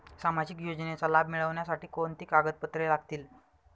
सामाजिक योजनेचा लाभ मिळण्यासाठी कोणती कागदपत्रे लागतील?